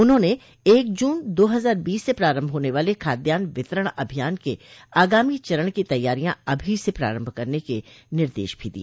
उन्होंने एक जून दो हजार बीस से प्रारम्भ होने वाले खाद्यान्न वितरण अभियान के आगामी चरण की तैयारियां अभी से प्रारम्भ करने के निर्देश भी दिए